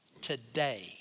today